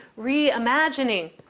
reimagining